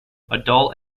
adult